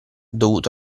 dovuto